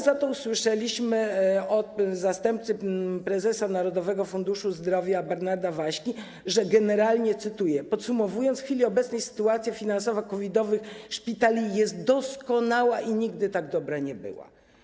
Za to usłyszeliśmy od zastępcy prezesa Narodowego Funduszu Zdrowia Bernarda Waśki - cytuję - że generalnie podsumowując, w chwili obecnej sytuacja finansowa COVID-owych szpitali jest doskonała i nigdy tak dobra nie była.